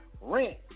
rent